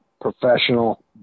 professional